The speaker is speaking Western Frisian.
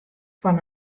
fan